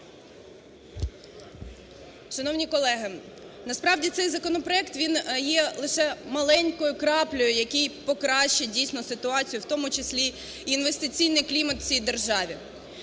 Шановні колеги, насправді, цей законопроект, він є лише маленькою краплею, який покращить дійсно ситуацію, в тому числі і інвестиційний клімат в цій державі.